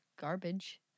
garbage